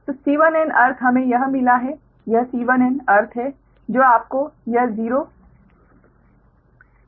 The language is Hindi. तो C1n अर्थ हमें यह मिला है यह C1n अर्थ है जो आपको यह 00955 मिला है